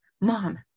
Mom